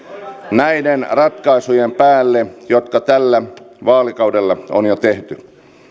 näiden ratkaisujen päälle jotka tällä vaalikaudella on jo tehty